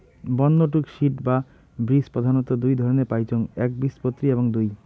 বন্য তুক সিড বা বীজ প্রধানত দুই ধরণের পাইচুঙ একবীজপত্রী এবং দুই